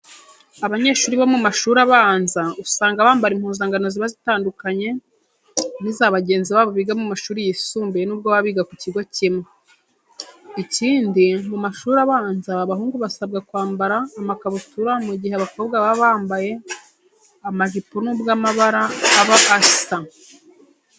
Abanyeshuri bo mu mashuri abanza usanga bambara impuzankano ziba zitandukanye n'iza bagenzi babo biga mu mashuri yisumbuye nubwo baba biga ku kigo kimwe. Ikindi mu mashuri abanza abahungu basabwa kwambara amakabutura mu gihe abakobwa baba bambaye amajipo nubwo amabara aba asa.